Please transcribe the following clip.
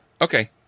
okay